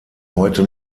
heute